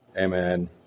Amen